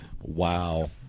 Wow